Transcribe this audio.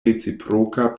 reciproka